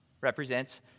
represents